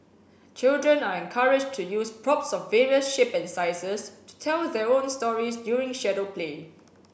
children are encouraged to use props of various shapes and sizes to tell their own stories using shadow play